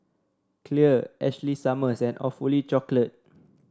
Clear Ashley Summers and Awfully Chocolate